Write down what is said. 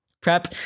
Prep